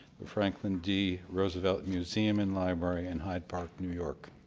the franklin d. roosevelt museum and library in hyde park, new york.